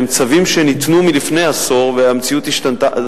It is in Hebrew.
שהם צווים שניתנו לפני עשור והמציאות השתנתה.